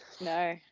No